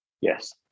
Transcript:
Yes